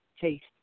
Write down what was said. taste